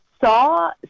saw